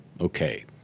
Okay